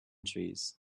trees